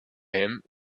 him